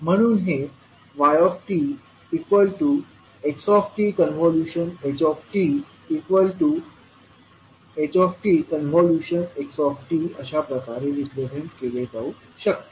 म्हणून हे yt xt ht ht xt अशा प्रकारे रिप्रेझेंट केले जाऊ शकते